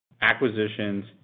acquisitions